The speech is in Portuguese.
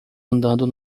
andando